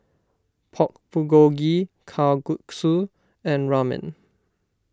Pork Bulgogi Kalguksu and Ramen